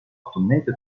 automated